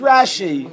Rashi